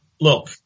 look